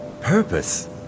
Purpose